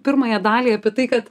pirmąją dalį apie tai kad